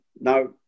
no